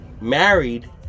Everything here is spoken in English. married